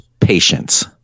patience